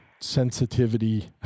sensitivity